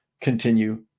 continue